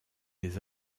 des